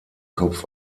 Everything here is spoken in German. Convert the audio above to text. kopf